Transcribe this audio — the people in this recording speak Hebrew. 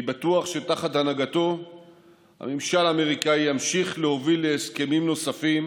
אני בטוח שתחת הנהגתו הממשל האמריקני ימשיך להוביל להסכמים נוספים,